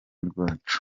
rwacu